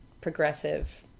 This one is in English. progressive